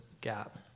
gap